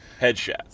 headshots